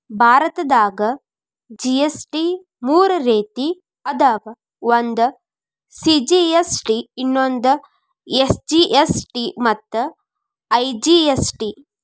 ಭಾರತದಾಗ ಜಿ.ಎಸ್.ಟಿ ಮೂರ ರೇತಿ ಅದಾವ ಒಂದು ಸಿ.ಜಿ.ಎಸ್.ಟಿ ಇನ್ನೊಂದು ಎಸ್.ಜಿ.ಎಸ್.ಟಿ ಮತ್ತ ಐ.ಜಿ.ಎಸ್.ಟಿ